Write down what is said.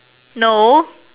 no